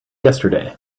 yesterday